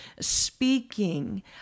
speaking